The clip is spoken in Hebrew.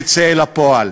תצא לפועל.